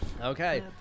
Okay